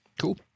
Cool